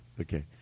Okay